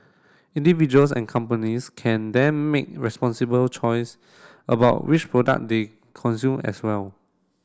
individuals and companies can then make responsible choice about which product they consume as well